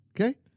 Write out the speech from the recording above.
Okay